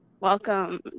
Welcome